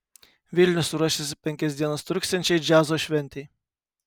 vilnius ruošiasi penkias dienas truksiančiai džiazo šventei